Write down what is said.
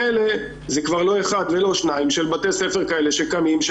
זה כבר לא אחד ולא שניים של בתי ספר כאלה שקמים,